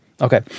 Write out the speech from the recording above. Okay